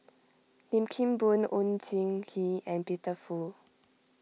Lim Kim Boon Oon Jin Gee and Peter Fu